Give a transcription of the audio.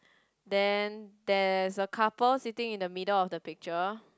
then there is a couple sitting in the middle of the picture